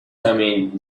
coming